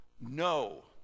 No